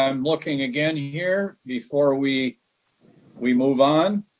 um looking again here before we we move on.